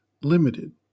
limited